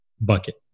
bucket